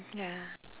ya